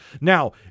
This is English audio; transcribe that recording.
Now